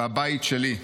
והבית שלי.